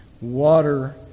water